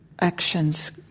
actions